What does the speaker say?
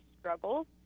struggles